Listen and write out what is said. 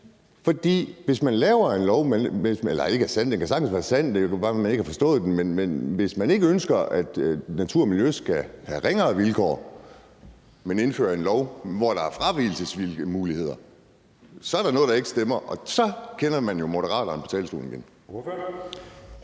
lavet en tale deroppe, der ikke er sand? Eller den kan sagtens være sand – det kan jo bare være, man ikke har forstået den. Men hvis man ikke ønsker, at natur og miljø skal have ringere vilkår, men indfører en lov, hvor der er fravigelsesmuligheder, så er der noget, der ikke stemmer, og så kender man jo Moderaterne på talerstolen igen.